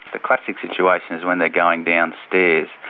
a classic situation is when they're going downstairs.